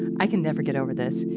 i can never get over this.